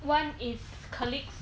one is colleagues